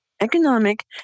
economic